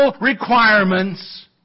requirements